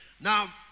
Now